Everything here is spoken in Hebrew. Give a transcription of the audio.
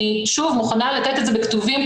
אני שוב מוכנה לתת את זה בכתובים,